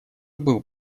был